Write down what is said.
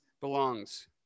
belongs